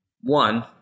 one